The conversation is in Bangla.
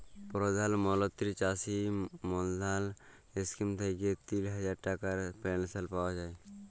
পরধাল মলত্রি চাষী মাল্ধাল ইস্কিম থ্যাইকে তিল হাজার টাকার পেলশল পাউয়া যায়